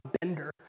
bender